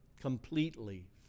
completely